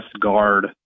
guard